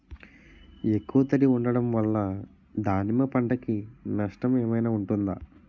ఎక్కువ తడి ఉండడం వల్ల దానిమ్మ పంట కి నష్టం ఏమైనా ఉంటుందా?